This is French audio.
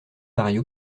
pareille